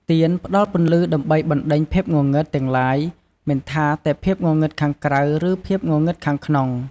ទៀនផ្តល់ពន្លឺដើម្បី បណ្ដេញភាពងងឹត ទាំងឡាយ មិនថាតែភាពងងឹតខាងក្រៅ ឬភាពងងឹតខាងក្នុង។